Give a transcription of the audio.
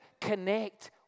connect